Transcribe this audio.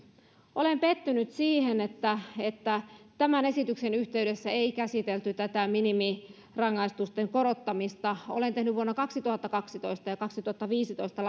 olen pettynyt siihen että että tämän esityksen yhteydessä ei käsitelty minimirangaistusten korottamista olen tehnyt vuonna kaksituhattakaksitoista ja kaksituhattaviisitoista